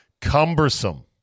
cumbersome